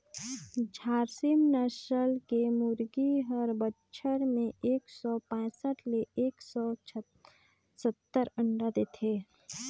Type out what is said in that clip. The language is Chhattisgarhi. झारसीम नसल के मुरगी हर बच्छर में एक सौ पैसठ ले एक सौ सत्तर अंडा देथे